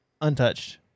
Untouched